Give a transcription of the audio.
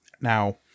Now